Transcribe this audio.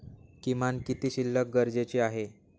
किमान किती शिल्लक गरजेची आहे?